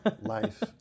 life